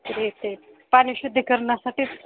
येते आहे पाणी शुद्धीकरणासाठीच